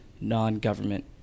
non-government